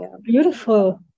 beautiful